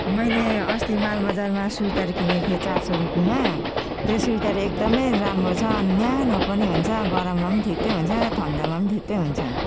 मैले अस्ति मालबजारमा स्वेटर किनेको थिएँ चार सौ रुपियाँमा त्यो स्वेटर एकदमै राम्रो छ न्यानो पनि हुन्छ गरममा पनि ठिकै हुन्छ ठन्डामा पनि ठिकै हुन्छ